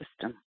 system